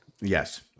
Yes